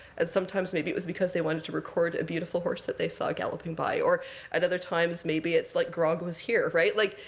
sometimes, maybe it was because they wanted to record a beautiful horse that they saw galloping by. or at other times, maybe it's like, grog was here. right? like,